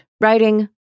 writing